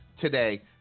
today